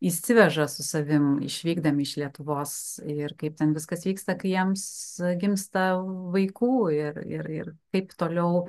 išsiveža su savim išvykdami iš lietuvos ir kaip ten viskas vyksta kai jiems gimsta vaikų ir ir kaip toliau